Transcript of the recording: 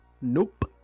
Nope